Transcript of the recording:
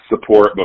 support